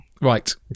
right